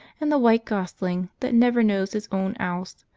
and the white gosling that never knows his own ouse.